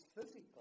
physical